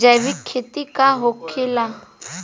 जैविक खेती का होखेला?